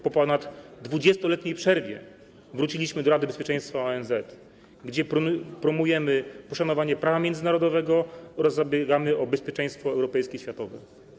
Po ponad 20-letniej przerwie wróciliśmy do Rady Bezpieczeństwa ONZ, gdzie promujemy poszanowanie prawa międzynarodowego oraz zabiegamy o bezpieczeństwo europejskie i światowe.